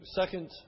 second